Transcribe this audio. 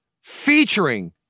featuring